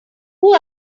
who